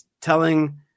telling